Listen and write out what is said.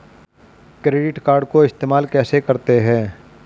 Credit card को इस्तेमाल कैसे करते हैं?